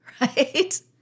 Right